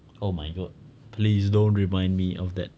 oh my god please don't remind me of that